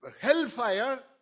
hellfire